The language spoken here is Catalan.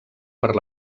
per